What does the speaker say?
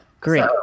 great